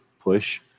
push